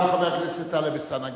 גם חבר הכנסת טלב אלסאנע,